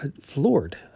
floored